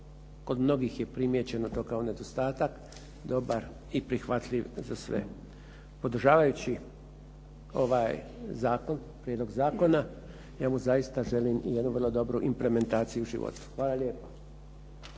Kod mnogih je primijećeno to kao nedostatak dobar i prihvatljiv za sve. Podržavajući ovaj zakon, prijedlog zakona evo zaista želim i jednu vrlo dobru implementaciju u životu. Hvala lijepa.